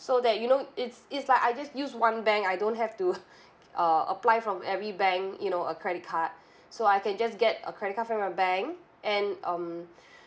so that you know it's it's like I just use one bank I don't have to uh apply from every bank you know a credit card so I can just get a credit card from your bank and um